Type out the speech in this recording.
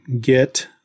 get